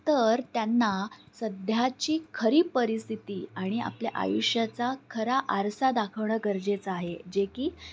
तर त्यांना सध्याची खरी परिस्थिती आणि आपल्या आयुष्याचा खरा आरसा दाखवणं गरजेचं आहे जे की